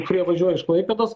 kurie važiuoja iš klaipėdos